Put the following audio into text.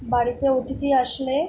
বাড়িতে অতিথি আসলে